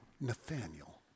Nathaniel